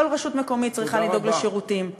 כל רשות מקומית צריכה לדאוג לשירותים, תודה רבה.